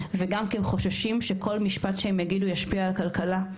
וגם כי הם חוששים שכל משפט שהם יגידו ישפיע על הכלכלה,